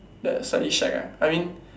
then I slightly shag ah I mean